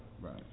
Right